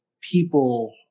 people